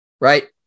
right